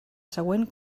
següent